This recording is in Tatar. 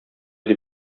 дип